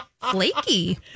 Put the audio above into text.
flaky